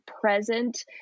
present